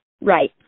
right